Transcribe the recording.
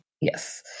yes